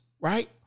Right